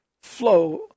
flow